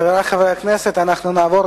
חברי חברי הכנסת, אנחנו נעבור